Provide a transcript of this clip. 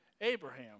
Abraham